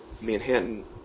Manhattan